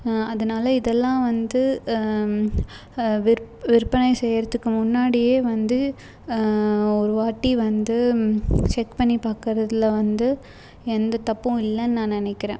அதனால இதெல்லாம் வந்து விற் விற்பனை செய்கிறத்துக்கு முன்னாடி வந்து ஒரு வாட்டி வந்து செக் பண்ணி பார்க்கறதுல வந்து எந்த தப்பும் இல்லைன்னு நான் நினைக்கிறேன்